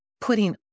putting